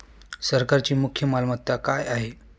सरकारची मुख्य मालमत्ता काय आहे?